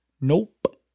Nope